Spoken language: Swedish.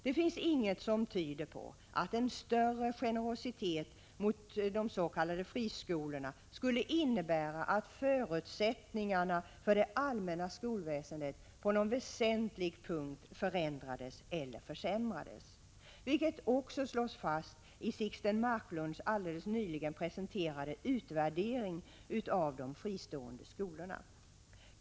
Det finns inget som tyder på att en större generositet mot de s.k. friskolorna skulle innebära att förutsättningarna för det allmänna skolväsendet på någon väsentlig punkt förändrades eller försämrades, vilket också slås fast i Sixten Marklunds nyligen presenterade utvärdering av de fristående skolorna.